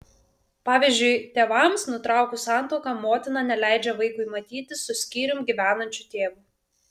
pavyzdžiui tėvams nutraukus santuoką motina neleidžia vaikui matytis su skyrium gyvenančiu tėvu